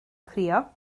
crio